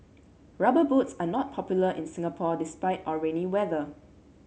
rubber boots are not popular in Singapore despite our rainy weather